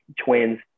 twins